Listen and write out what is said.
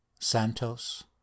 Santos